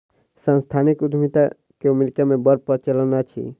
सांस्थानिक उद्यमिता के अमेरिका मे बड़ प्रचलन अछि